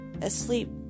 asleep